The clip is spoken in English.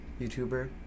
YouTuber